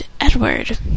Edward